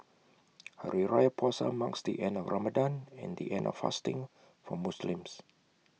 Hari Raya Puasa marks the end of Ramadan and the end of fasting for Muslims